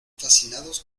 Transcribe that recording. fascinados